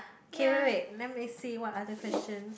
okay wait wait let me see what other questions